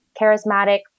charismatic